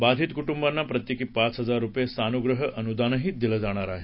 बाधित कुटुंबांना प्रत्येकी पाच हजार रुपये सानुग्रह अनुदानही दिलं जाणार आहे